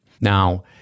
Now